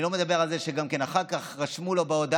אני לא מדבר על זה שאחר כך גם רשמו לו בהודעה